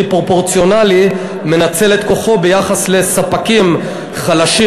פרופורציונלי מנצל את כוחו ביחס לספקים חלשים,